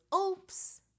oops